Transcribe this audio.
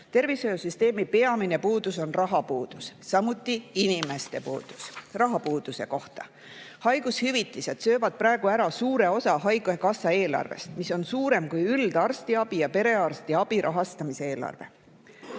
Tervishoiusüsteemi peamine puudus on rahapuudus, samuti inimeste puudus. Rahapuuduse kohta. Haigushüvitised söövad praegu ära suure osa haigekassa eelarvest, mis on suurem kui üldarstiabi ja perearstiabi rahastamise eelarve.